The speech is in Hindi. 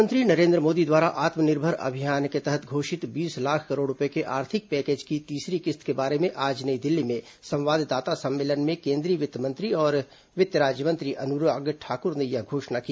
प्रधानमंत्री नरेन्द्र मोदी द्वारा आत्मनिर्भर अभियान के तहत घोषित बीस लाख करोड़ रूपये के आर्थिक पैकेज की तीसरी किस्त के बारे में आज नई दिल्ली में संवाददाता सम्मेलन में केंद्रीय वित्त मंत्री और वित्त राज्यमंत्री अनुराग ठाकुर ने यह घोषणा की